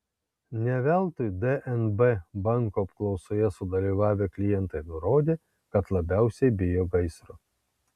ne veltui dnb banko apklausoje sudalyvavę klientai nurodė kad labiausiai bijo gaisro